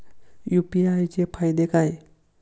UPI चे फायदे काय?